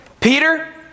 Peter